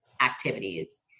activities